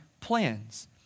plans